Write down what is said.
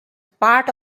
part